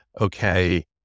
okay